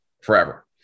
forever